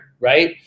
right